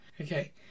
Okay